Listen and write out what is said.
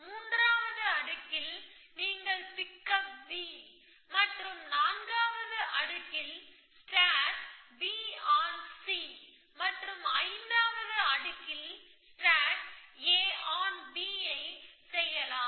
மூன்றாவது அடுக்கில் நீங்கள் பிக்கப் B மற்றும் நான்காவது அடுக்கில் ஸ்டேக் B ஆன் C மற்றும் ஐந்தாவது அடுக்கில் ஸ்டேக் A ஆன் B ஐ செய்யலாம்